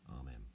Amen